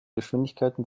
geschwindigkeiten